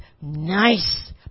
nice